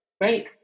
Right